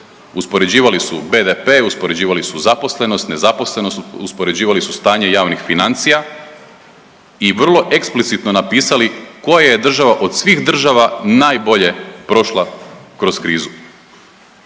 Uspoređivali su BDP, uspoređivali su zaposlenost, nezaposlenost, uspoređivali su stanje javnih financija i vrlo eksplicitno napisali koja je država od svih država najbolje prošla kroz krizu.